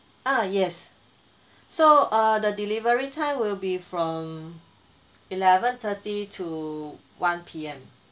uh yes so err the delivery time will be from eleven thirty to one P_M